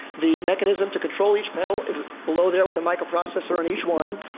the mechanism to control each petal is below there, with a microprocessor on each one.